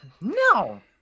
No